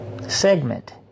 segment